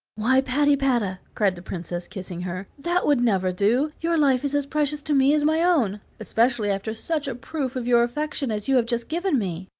why, patypata, cried the princess, kissing her, that would never do your life is as precious to me as my own, especially after such a proof of your affection as you have just given me.